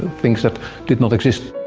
and things that didn't exist,